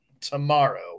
tomorrow